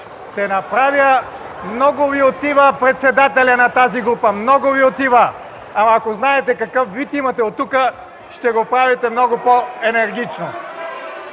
ГЕОРГИЕВ: Много Ви отива – председателят на тази група! Много Ви отива! Но ако знаете какъв вид имате оттук, ще го правите много по-енергично.